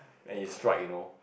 then he strike you know